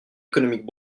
économiques